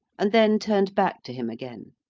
and then turned back to him again.